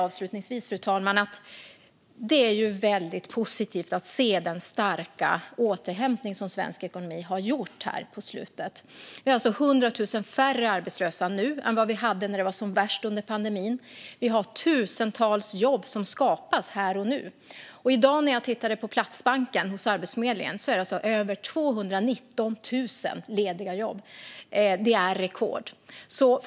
Avslutningsvis vill jag säga att det är väldigt positivt att se den starka återhämtning som svensk ekonomi har gjort här på slutet. Vi har alltså 100 000 färre arbetslösa nu än vad vi hade när det var som värst under pandemin, och tusentals jobb skapas här och nu. I Arbetsförmedlingens platsbank finns det i dag över 219 000 lediga jobb, vilket är rekord.